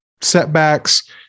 setbacks